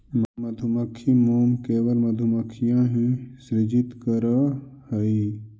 मधुमक्खी मोम केवल मधुमक्खियां ही सृजित करअ हई